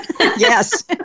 Yes